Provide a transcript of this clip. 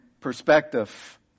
perspective